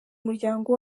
muryango